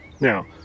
Now